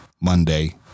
Monday